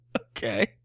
Okay